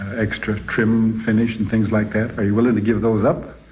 extra trim finish, and things like that. are you willing to give those up?